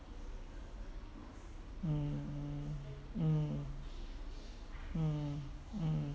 mm mm mm mm